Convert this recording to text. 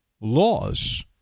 Laws